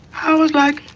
i like,